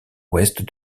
ouest